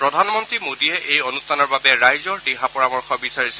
প্ৰধানমন্ত্ৰী মোদীয়ে এই অনুষ্ঠানৰ বাবে ৰাইজৰ দিহা পৰামৰ্শ বিচাৰিছে